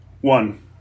one